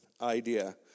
idea